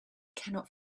cannot